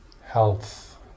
health